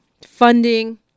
funding